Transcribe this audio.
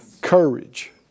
Courage